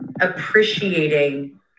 appreciating